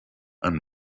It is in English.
and